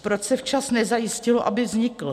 Proč se včas nezajistilo, aby vznikl?